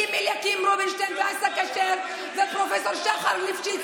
אם אליקים רובינשטיין ואסא כשר ופרופסור שחר ליפשיץ